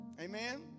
Amen